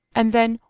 and then,